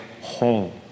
whole